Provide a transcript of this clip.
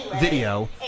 video